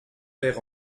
père